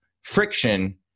friction